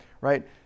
right